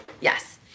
yes